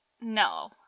No